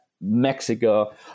Mexico